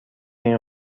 این